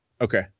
okay